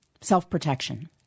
self-protection